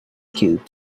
cubes